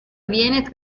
avviene